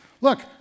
Look